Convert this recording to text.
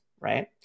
right